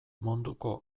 munduko